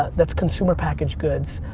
that's consumer package goods.